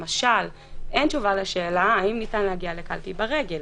למשל אין תשובה לשאלה האם ניתן להגיע לקלפי ברגל?